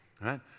right